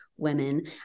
Women